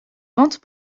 ventes